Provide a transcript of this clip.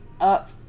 up